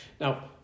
Now